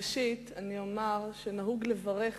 ראשית אני אומר שנהוג לברך